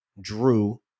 drew